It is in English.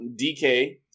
DK